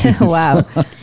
Wow